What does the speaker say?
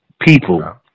people